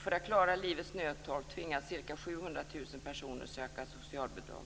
För att klara livets nödtorft tvingas ca 700 000 personer att söka socialbidrag.